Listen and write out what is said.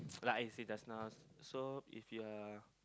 like I say just now so if you're